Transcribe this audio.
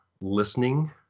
listening